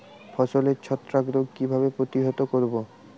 ফসলের ছত্রাক রোগ কিভাবে প্রতিহত করব?